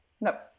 No